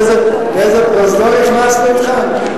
ראית לאיזה פרוזדור הכנסנו אותך?